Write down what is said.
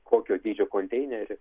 kokio dydžio konteinerį